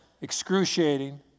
excruciating